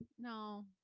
no